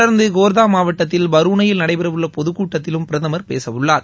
தொடர்ந்து கோர்தா மாவட்டத்தில் பரூணையில் நடைபெறவுள்ள பொதுக்கூட்டத்திலும் பிரதமர் பேசவுள்ளார்